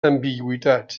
ambigüitat